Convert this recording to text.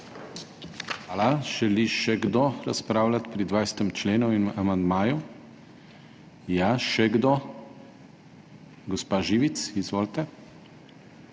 Hvala. Želi še kdo razpravljati pri 20. členu in amandmaju? (Da.) Ja, še kdo? Gospa Živic, izvolite.